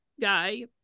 guy